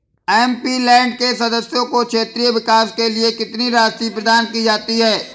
MP land के सदस्यों को क्षेत्रीय विकास के लिए कितनी राशि प्रदान की जाती है?